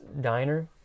diner